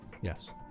Yes